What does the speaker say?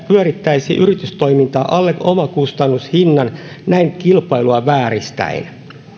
pyörittäisi yritystoimintaa alle omakustannushinnan näin kilpailua vääristäen